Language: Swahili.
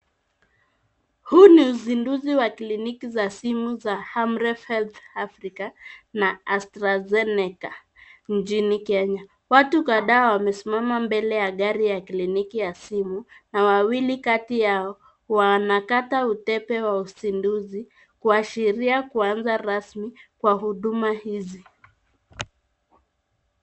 Huu ni uzinduzi wa kliniki za simu za Amref Health Africa na Astrazeneca mjini Kenya. Watu kadhaa wamesimama mbele ya gari ya kliniki ya simu na wawili kati yao wanakata utepe wa uzinduzi, kuashiria kuanza rasmi kwa huduma hizi.